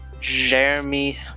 Jeremy